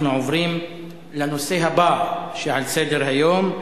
אנחנו עוברים לנושא הבא שעל סדר-היום: